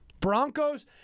Broncos